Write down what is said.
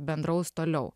bendraus toliau